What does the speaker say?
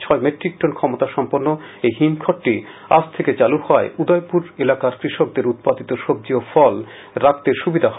ছয় metric ton ক্ষমতা সম্পন্ন এই হিমঘরটি আজ থেকে চালু হওয়ায় উদয়পুর এলাকার কৃষকদের উৎপাদিত সবজি ও ফল রাখার সুবিধা হয়েছে